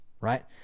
right